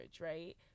right